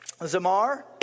Zamar